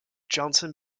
johnson